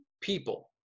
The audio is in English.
people